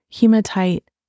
hematite